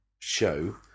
Show